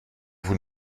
vous